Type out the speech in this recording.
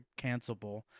cancelable